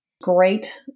great